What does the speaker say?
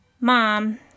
mom